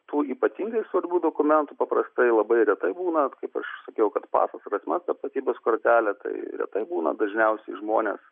tų ypatingai svarbių dokumentų paprastai labai retai būna vat kaip aš sakiau kad pasas na tapatybės kortelė tai retai būna dažniausiai žmonės